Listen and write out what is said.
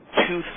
two